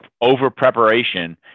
over-preparation